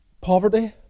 poverty